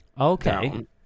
Okay